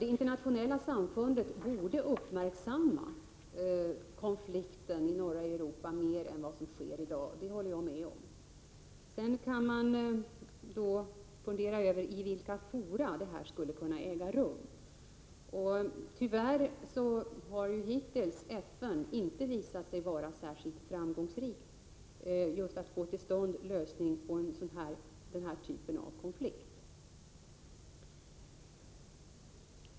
Det internationella samfundet borde uppmärksamma konflikten i norra Afrika mer än vad som sker i dag — det håller jag med om. Sedan kan man fundera över i vilka fora arbetet skulle kunna ske. Tyvärr har FN hittills inte visat sig vara särskilt framgångsrikt när det gäller att få till stånd en lösning på den här typen av konflikter.